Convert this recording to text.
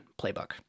playbook